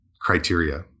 criteria